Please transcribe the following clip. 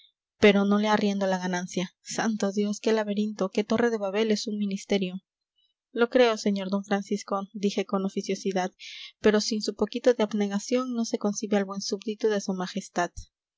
pero no le arriendo la ganancia santo dios qué laberinto qué torre de babel es un ministerio lo creo sr d francisco dije con oficiosidad pero sin su poquito de abnegación no se concibe al buen súbdito de su majestad